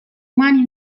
umani